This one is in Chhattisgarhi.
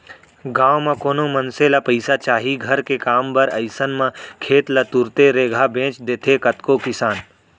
गाँव म कोनो मनसे ल पइसा चाही घर के काम बर अइसन म खेत ल तुरते रेगहा बेंच देथे कतको किसान